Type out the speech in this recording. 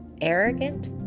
arrogant